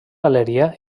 galeria